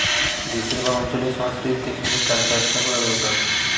দেশের বা অঞ্চলের সংস্কৃতি দেখে তার ব্যবসা কোরা দোরকার